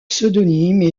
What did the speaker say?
pseudonymes